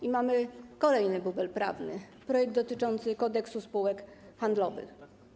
I mamy kolejny bubel prawny: projekt dotyczący Kodeksu spółek handlowych.